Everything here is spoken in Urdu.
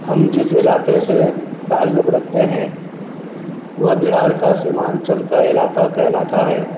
ہم جس علاقے سے تعلق رکھتے ہیں وہ بہار کا سیمانچل کا علاقہ کہلاتا ہے